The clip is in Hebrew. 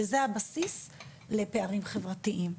וזה הבסיס לפערים חברתיים.